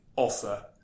offer